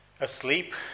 Asleep